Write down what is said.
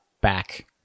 back